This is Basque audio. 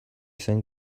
zen